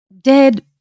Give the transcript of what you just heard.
dead